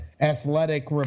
athletic